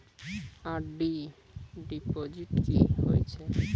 RD deposit की होय छै?